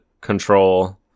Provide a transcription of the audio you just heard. control